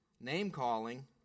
name-calling